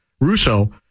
Russo